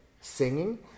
singing